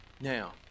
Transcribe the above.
Now